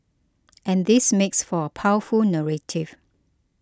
and this makes for a powerful narrative